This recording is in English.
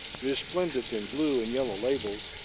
resplendent in blue and yellow labels,